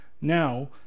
Now